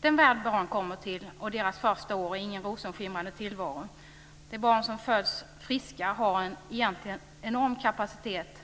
Den värld barn kommer till och deras första år är ingen rosaskimrande tillvaro. De barn som föds friska har egentligen en enorm kapacitet.